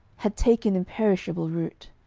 had taken imperishable root.